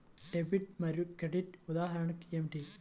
Debit మరియు credit ఉదాహరణలు ఏమిటీ?